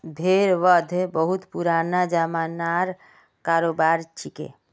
भेड़ वध बहुत पुराना ज़मानार करोबार छिके